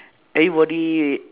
everybody